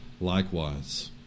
likewise